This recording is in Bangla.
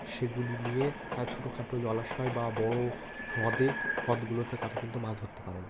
সেগুলি নিয়ে তারা ছোটোখাটো জলাশয় বা বড়ো হ্রদে হ্রদগুলোতে তারা কিন্তু মাছ ধরতে পারেন